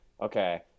okay